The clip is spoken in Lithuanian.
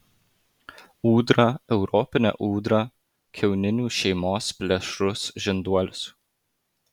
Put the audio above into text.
ūdra europinė ūdra kiauninių šeimos plėšrus žinduolis